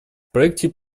проекте